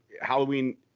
Halloween